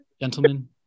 gentlemen